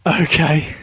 Okay